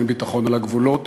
אין ביטחון בגבולות,